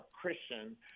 Christian